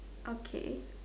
okay